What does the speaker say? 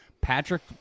Patrick